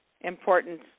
Important